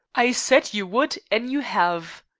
i s-said you would, and you have.